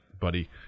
buddy